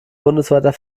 bundesweiter